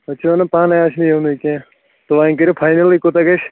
وَنان پانَے آز چھِنہٕ یِوٲنی کینٛہہ تہٕ وۄنۍ کٔرِو فاینَل یہِ کوٗتاہ گژھِ